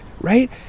right